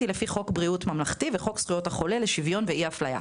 לחוק שוויון הזכויות וחוק זכויות החולה לשוויון ואי אפליה.